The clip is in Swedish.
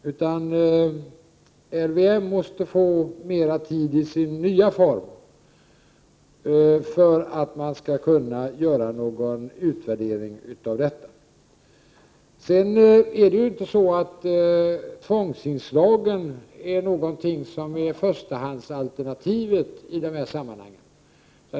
LVM i sin nya form måste vara i kraft en längre period innan man kan göra någon utvärdering av den. Tvångsinslagen är ju inte förstahandsalternativ i det här sammanhanget.